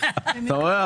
אתה רואה,